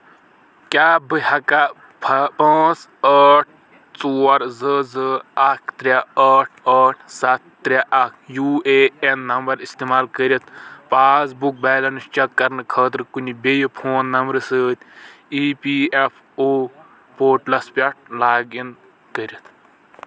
کیٛاہ بہٕ ہیٚکا پانٛژھ ٲٹھ ژور زٕ زٕ اکھ ترٛے ٲٹھ ٲٹھ سَتھ ترٛے اکھ یو اے این نمبر استعمال کٔرِتھ پاس بُک بیلنس چیک کرنہٕ خٲطرٕ کُنہِ بیِیٚہِ فون نمبرٕ سۭتۍ ای پی ایف او پوٹلس پٮ۪ٹھ لاگ اِن کٔرتھ؟